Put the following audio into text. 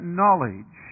knowledge